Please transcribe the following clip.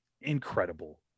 incredible